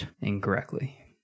Incorrectly